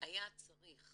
היה צריך